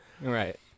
Right